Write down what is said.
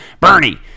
Bernie